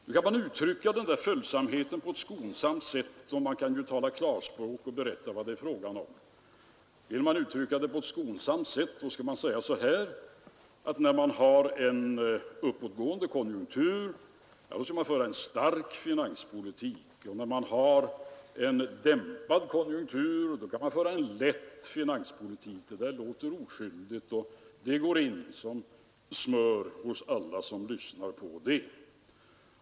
Nu kan man uttrycka den där följsamheten på ett skonsamt sätt, eller man kan tala klarspråk och berätta vad det är frågan om. Vill man uttrycka det på ett skonsamt sätt, skall man säga att när man har en uppåtgående konjunktur då skall man föra en stark finanspolitik och när man har en dämpad konjunktur kan man föra en lätt finanspolitik. Det där låter oskyldigt, och det går utan vidare in hos alla som lyssnar på det.